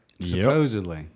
Supposedly